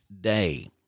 day